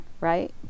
right